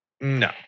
No